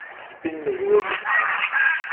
spin the wheels of finance,